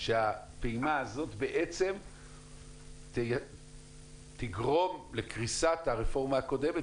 שהפעימה הזאת בעצם תגרום לקריסת הרפורמה הקודמת